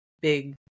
big